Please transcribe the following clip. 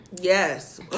Yes